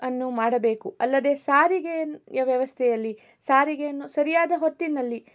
ಅನ್ನು ಮಾಡಬೇಕು ಅಲ್ಲದೆ ಸಾರಿಗೆಯನ್ನು ಯ ವ್ಯವಸ್ಥೆಯಲ್ಲಿ ಸಾರಿಗೆಯನ್ನು ಸರಿಯಾದ ಹೊತ್ತಿನಲ್ಲಿ